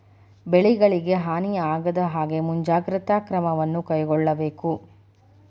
ಬೆಳೆಗಳಿಗೆ ಹಾನಿ ಆಗದಹಾಗೆ ಮುಂಜಾಗ್ರತೆ ಕ್ರಮವನ್ನು ಕೈಗೊಳ್ಳಬೇಕು